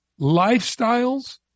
Lifestyles